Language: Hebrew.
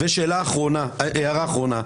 והערה אחרונה.